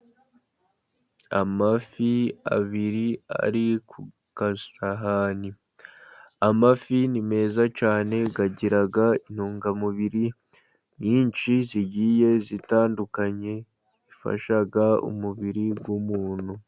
Amafi abiri ari ku gasahani, amafi ni meza cyane agira intungamubiri nyinshi zigiye zitandukanye, zifasha umubiri w'umuntu.